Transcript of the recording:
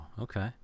Okay